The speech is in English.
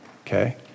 Okay